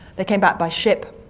they came back by ship,